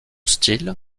style